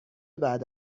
بعد